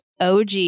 OG